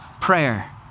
prayer